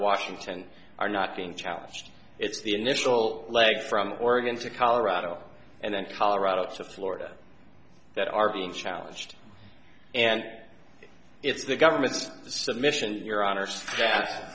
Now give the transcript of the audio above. washington are not being challenged it's the initial leg from oregon to colorado and then colorado just florida that are being challenged and it's the government's submission your honor